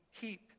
keep